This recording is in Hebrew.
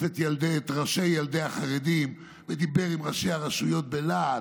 את ראשי ילדי החרדים ודיבר עם ראשי הרשויות בלהט,